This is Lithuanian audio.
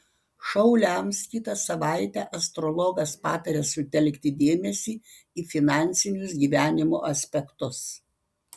šauliams kitą savaitę astrologas pataria sutelkti dėmesį į finansinius gyvenimo aspektus